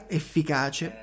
efficace